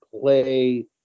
play